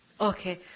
Okay